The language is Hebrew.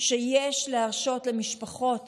שיש להרשות למשפחות